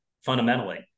fundamentally